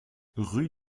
rue